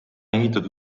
ehitatud